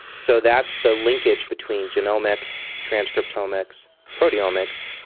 so that's the linkage between genomics, transcriptomics proteomics,